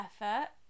effort